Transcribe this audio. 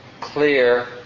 clear